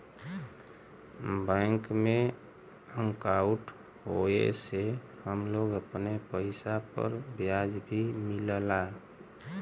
bank में अंकाउट होये से हम लोग अपने पइसा पर ब्याज भी मिलला